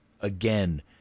again